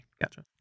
Gotcha